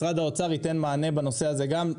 משרד האוצר ייתן מענה בנושא הזה גם,